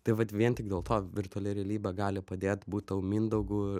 tai vat vien tik dėl to virtuali realybė gali padėt būt tau mindaugu